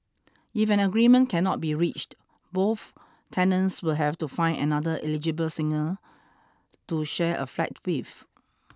if an agreement cannot be reached both tenants will have to find another eligible single to share a flat with